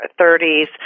30s